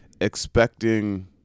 expecting